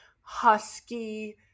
husky